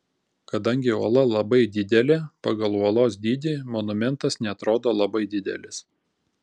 kadangi uola labai didelė pagal uolos dydį monumentas neatrodo labai didelis